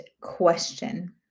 question